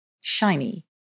shiny